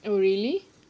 oh really